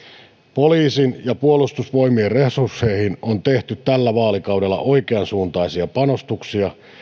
poliisin ja puolustusvoimien resursseihin on tehty tällä vaalikaudella oikeansuuntaisia panostuksia